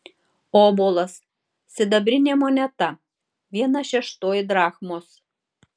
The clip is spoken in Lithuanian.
obolas sidabrinė moneta viena šeštoji drachmos